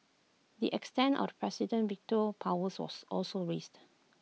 the extent of the president's veto powers was also raised